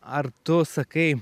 ar tu sakai